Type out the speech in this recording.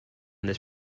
this